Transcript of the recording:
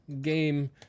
game